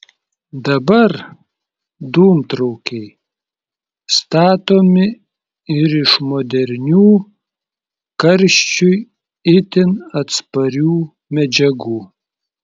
dabar dūmtraukiai statomi ir iš modernių karščiui itin atsparių medžiagų